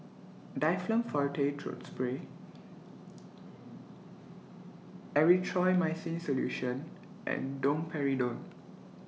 Difflam Forte Throat Spray Erythroymycin Solution and Domperidone